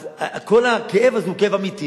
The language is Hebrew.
אז כל הכאב הזה הוא כאב אמיתי,